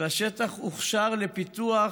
והשטח הוכשר לפיתוח